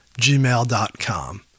gmail.com